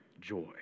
joy